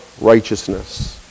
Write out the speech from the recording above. righteousness